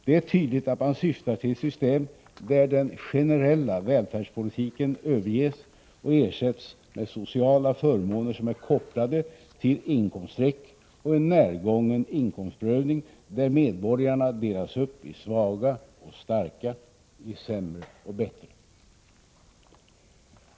Det är tydligt att man syftar till ett system, där den generella välfärdspolitiken överges och ersätts med sociala förmåner som är kopplade till inkomststreck och en närgången inkomstprövning, där medborgare delas uppi svaga och starka, i sämre och bättre.